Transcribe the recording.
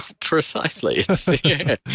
Precisely